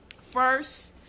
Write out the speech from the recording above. First